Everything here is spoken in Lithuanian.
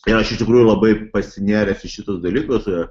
kai aš iš tikrųjų labai pasinėręs į šituos dalykus